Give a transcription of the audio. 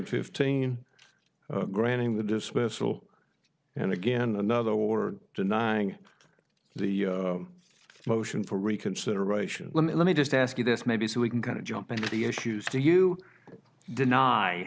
fifteen granting the dismissal and again another or denying the motion for reconsideration let me just ask you this maybe so we can kind of jump into the issues do you deny